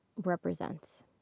represents